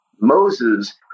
Moses